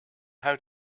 how